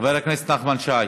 חבר הכנסת נחמן שי,